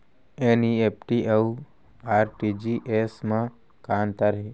NEFT अऊ RTGS मा का अंतर हे?